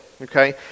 okay